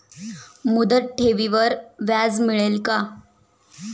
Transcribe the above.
मुदत ठेवीवर व्याज मिळेल का?